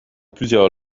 plusieurs